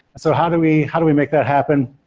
so how do we how do we make that happen?